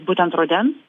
būtent rudens